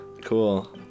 Cool